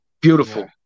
beautiful